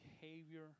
behavior